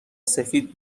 سفید